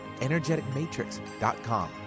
energeticmatrix.com